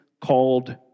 called